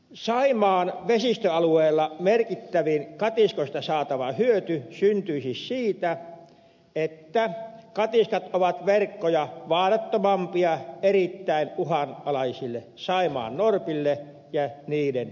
saimaan vesistöalueella merkittävin katiskoista saatava hyöty syntyisi siitä että katiskat ovat verkkoja vaarattomampia erittäin uhanalaisille saimaannorpille ja niiden kuuteille